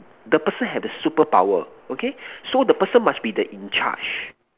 the person have the superpower okay so the person must be the in charge